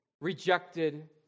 rejected